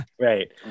Right